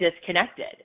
disconnected